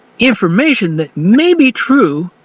information that may be true,